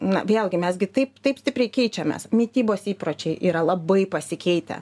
na vėlgi mes gi taip taip stipriai keičiamės mitybos įpročiai yra labai pasikeitę